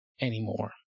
anymore